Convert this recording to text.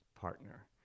partner